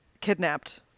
kidnapped